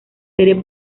serie